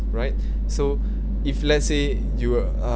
right so if let's say you are